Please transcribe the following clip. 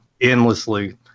endlessly